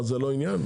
זה לא עניין?